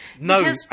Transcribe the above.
No